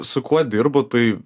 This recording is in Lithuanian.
su kuo dirbu tai